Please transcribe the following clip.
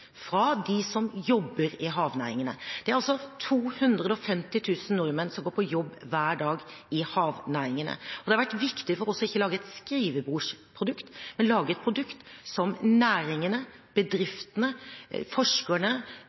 fra dem som jobber i havnæringene. Det er altså 250 000 nordmenn som går på jobb hver dag i havnæringene, og det har vært viktig for oss ikke å lage et skrivebordsprodukt, men lage et produkt som næringene, bedriftene, forskerne,